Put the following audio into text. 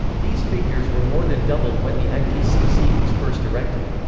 these figures were more than doubled when the ipcc was first erected.